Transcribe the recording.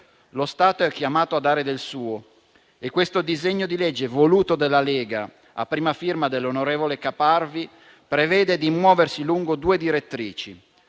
Lo Stato è chiamato a dare del suo e questo disegno di legge, voluto dalla Lega e a prima firma dell'onorevole Caparvi, prevede di muoversi lungo due direttrici,